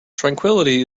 tranquillity